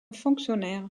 fonctionnaire